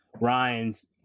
Ryan's